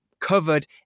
covered